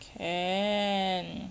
can